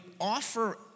offer